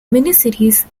miniseries